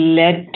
led